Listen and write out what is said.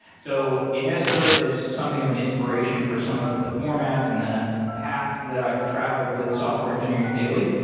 so it has served as something of an inspiration for some of the formats and the paths that i've traveled with software engineering daily.